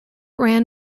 ran